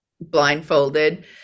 blindfolded